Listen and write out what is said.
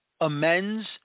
amends